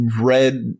read